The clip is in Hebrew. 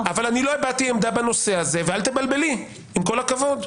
עמדה בנושא הזה ואל תבלבלי, עם כל הכבוד.